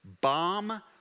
bomb